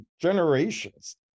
generations